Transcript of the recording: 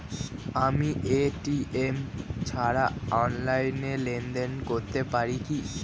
আমি এ.টি.এম ছাড়া অনলাইনে লেনদেন করতে পারি কি?